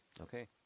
Okay